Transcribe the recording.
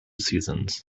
seasons